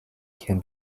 can